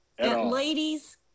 Ladies